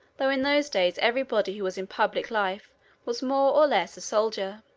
though in those days every body who was in public life was more or less a soldier.